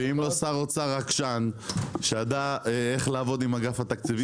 ואם לא שר אוצר עקשן שידע איך לעבוד עם אגף התקציבים,